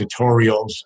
tutorials